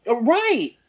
right